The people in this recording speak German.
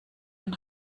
den